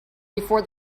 before